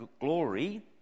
glory